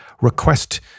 request